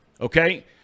Okay